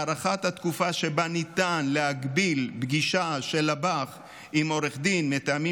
הארכת התקופה שבה ניתן להגביל פגישה של לב"ח עם עורך דין מטעמים